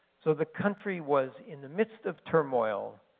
so the country was in the midst of turmoil,